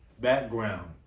Background